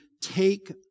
take